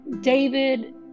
David